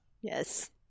Yes